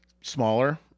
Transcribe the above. smaller